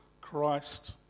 Christ